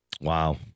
Wow